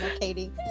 Katie